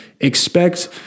expect